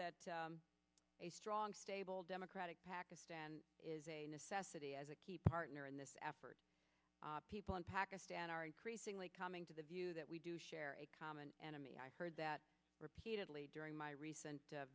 that a strong stable democratic pakistan is a necessity as a key partner in this effort people in pakistan are increasingly coming to the view that we do share a common enemy i heard that repeatedly during my recent